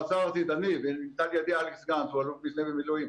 אני ואלכס גנץ שנמצא לידי הוא אלוף משנה במילואים,